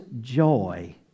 joy